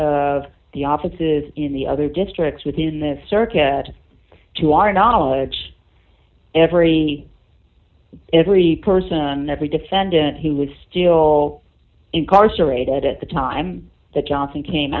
of the offices in the other districts within the circuit to our knowledge every every person every defendant who is still incarcerated at the time that johnson came